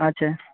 আচ্ছা